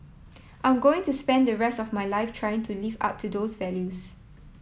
I'm going to spend the rest of my life trying to live up to those values